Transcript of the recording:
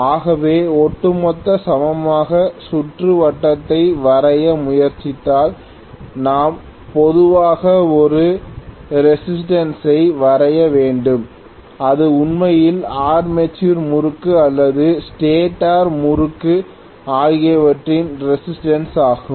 ஆகவே ஒட்டுமொத்த சமமான சுற்றுவட்டத்தை வரைய முயற்சித்தால் நாம் பொதுவாக ஒரு ரெசிஸ்டன்ஸ் ஐ வரைய வேண்டும் இது உண்மையில் ஆர்மேச்சர் முறுக்கு அல்லது ஸ்டேட்டர் முறுக்கு ஆகியவற்றின் ரெசிஸ்டன்ஸ் ஆகும்